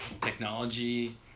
technology